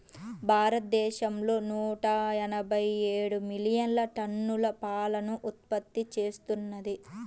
భారతదేశం నూట ఎనభై ఏడు మిలియన్ టన్నుల పాలను ఉత్పత్తి చేస్తున్నది